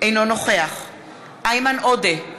אינו נוכח איימן עודה,